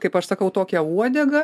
kaip aš sakau tokią uodegą